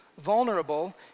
vulnerable